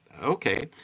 okay